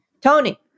Tony